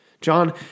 John